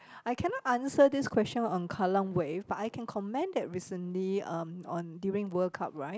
I cannot answer this question on Kallang Wave but I can comment that recently um on during World Cup right